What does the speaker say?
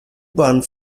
bahn